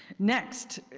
next,